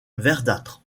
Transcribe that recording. verdâtre